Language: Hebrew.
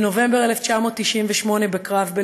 בנובמבר 1998 בקרב בלבנון,